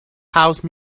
house